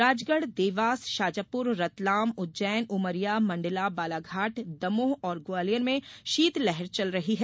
राजगढ़ देवासष्बाजापुर रतलाम उज्जैन उमरिया मंडला बालाघाट दमोह और ग्वालियर में शीतलहर चल रही है